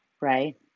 right